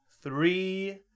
three